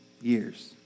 years